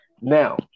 Now